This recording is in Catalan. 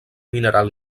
mineral